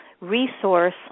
resource